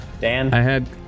Dan